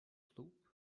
club